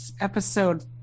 episode